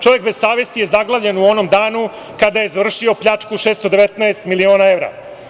Čovek bez savesti je zaglavljen u onom danu kada je izvršio pljačku 619.000.000 evra.